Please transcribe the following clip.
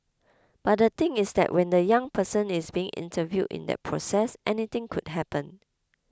but the thing is that when the young person is being interviewed in that process anything could happen